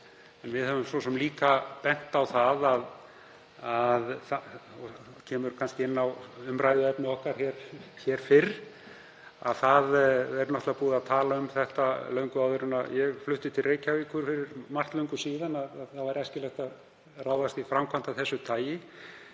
En við höfum svo sem líka bent á það, og það kemur kannski inn á umræðuefni okkar hér fyrr, að farið var að tala um það löngu áður en ég flutti til Reykjavíkur fyrir margt löngu síðan að æskilegt væri að ráðast í framkvæmd af þessu tagi.